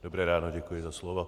Dobré ráno, děkuji za slovo.